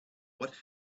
what